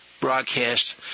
broadcast